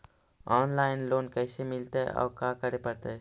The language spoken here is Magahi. औनलाइन लोन कैसे मिलतै औ का करे पड़तै?